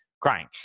crying